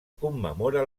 commemora